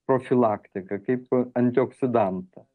profilaktiką kaip antioksidantą